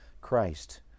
Christ